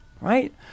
right